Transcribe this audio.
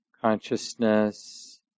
consciousness